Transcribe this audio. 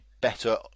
better